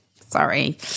sorry